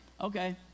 Okay